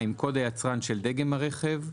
קוד היצרן של דגם הרכב.